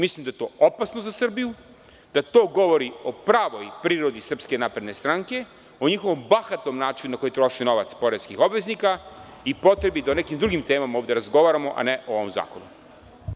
Mislim da je to opasno za Srbiju, da to govori o pravoj prirodi SNS, o njihovom bahatom načinu na koji troše novac poreskih obveznika i potrebi da o nekim drugim temama ovde razgovaramo, a ne o ovom zakonu.